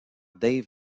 dave